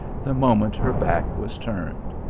the moment her back was turned.